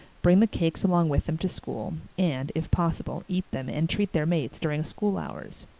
bring the cakes along with them to school, and, if possible, eat them and treat their mates during school hours.